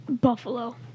Buffalo